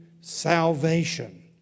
salvation